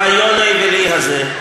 לרעיון האווילי הזה,